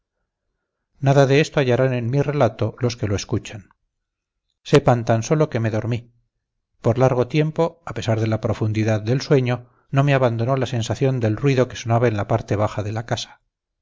nada de esto hallarán en mi relato los que lo escuchan sepan tan sólo que me dormí por largo tiempo a pesar de la profundidad del sueño no me abandonó la sensación del ruido que sonaba en la parte baja de la casa